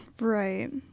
Right